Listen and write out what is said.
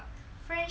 friendship